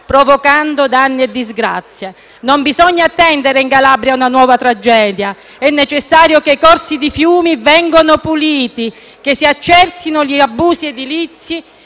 provocando danni e disgrazie. In Calabria non bisogna attendere una nuova tragedia. È necessario che i corsi dei fiumi vengano puliti, che si accertino gli abusi edilizi